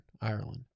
Ireland